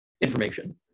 information